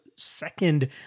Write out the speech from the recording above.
second